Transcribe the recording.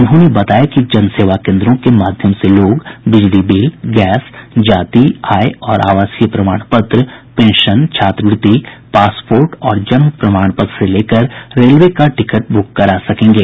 उन्होंने बताया कि जनसेवा केन्द्रों के माध्यम से लोग बिजली बिल गैस जाति आय और आवासीय प्रमाण पत्र पेंशन छात्रवृत्ति पासपोर्ट और जन्म प्रमाण पत्र से लेकर रेलवे का टिकट बुक करा सकेंगे